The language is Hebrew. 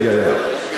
יש בזה היגיון.